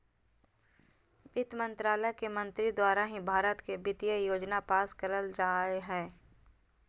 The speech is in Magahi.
वित्त मन्त्रालय के मंत्री द्वारा ही भारत के वित्तीय योजना पास करल जा हय